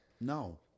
No